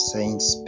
Saints